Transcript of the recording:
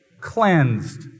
cleansed